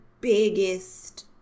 biggest